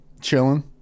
Chilling